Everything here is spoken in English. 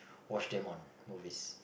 watched them on movies